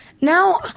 now